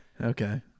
Okay